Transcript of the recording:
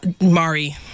Mari